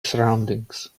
surroundings